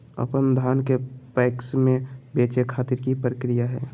अपन धान के पैक्स मैं बेचे खातिर की प्रक्रिया हय?